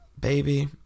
baby